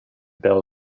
bell